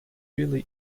really